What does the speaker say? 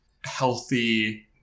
healthy